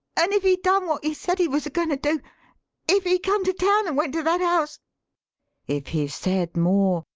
and if he done what he said he was a-goin' to do if he come to town and went to that house if he said more,